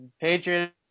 Patriots